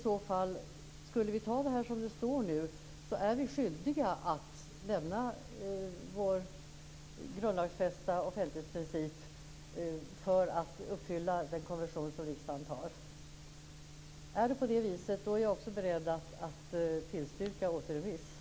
Skulle vi anta detta som det nu står, är vi då inte skyldiga att lämna vår grundlagsfästa offentlighetsprincip för att uppfylla den konvention som riksdagen nu skall anta? Är det på det viset, är också jag beredd att tillstyrka yrkandet om återremiss.